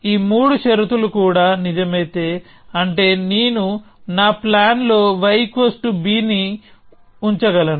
ఈ మూడు షరతులు కూడా నిజమైతే అంటే నేను నా ప్లాన్ లో yb నీ ఉంచగలను